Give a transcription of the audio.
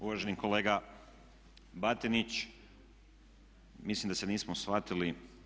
Uvaženi kolega Batinić mislim da se nismo shvatili.